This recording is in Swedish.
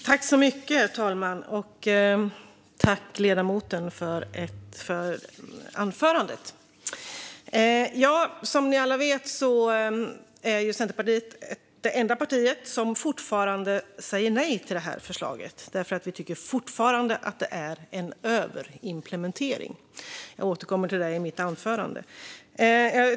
Herr talman! Tack, ledamoten, för anförandet! Som ni alla vet är Centerpartiet det enda partiet som fortfarande säger nej till förslaget. Vi tycker fortfarande att det är en överimplementering. Jag återkommer till det i mitt anförande.